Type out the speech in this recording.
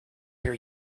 hear